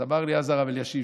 אז אמר לי אז הרב אלישיב,